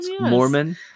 Mormon